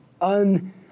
un